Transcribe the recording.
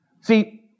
See